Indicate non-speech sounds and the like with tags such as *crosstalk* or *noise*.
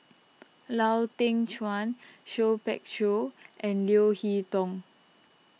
*noise* Lau Teng Chuan Seah Peck Seah and Leo Hee Tong